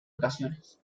ocasiones